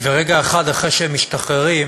ורגע אחד אחרי שהם משתחררים